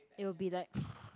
it will be like